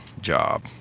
job